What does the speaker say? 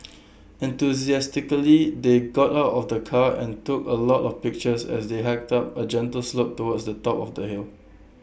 enthusiastically they got out of the car and took A lot of pictures as they hiked up A gentle slope towards the top of the hill